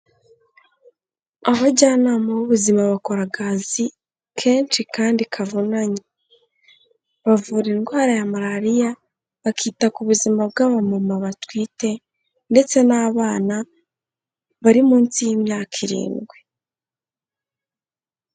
Abajyanama b'ubuzima bakora akazi kenshi kandi kavunanye. Bavura indwara ya malariya, bakita ku buzima bw'abamama batwite ndetse n'abana bari munsi y'imyaka irindwi.